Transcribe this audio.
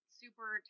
super